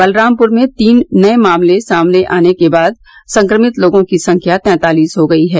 बलरामपुर में तीन नए मामले सामने आने के बाद संक्रमित लोगों की संख्या सैंतालीस हो गयी है